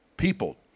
People